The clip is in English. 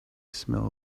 smell